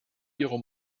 ihrer